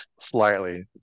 slightly